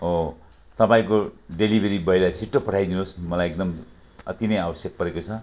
ओ तपाईँको डेलिभरी बोयलाई छिटो पठाइदिनु होस् मलाई एकदम अति नै आवश्यक परेको छ